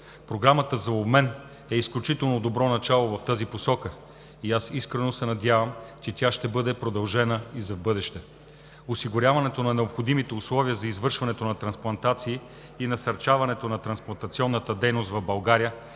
Програмата за обмен е изключително добро начало в тази посока и искрено се надявам, че тя ще бъде продължена и за в бъдеще. Осигуряването на необходимите условия за извършването на трансплантации и насърчаването на трансплантационната дейност в България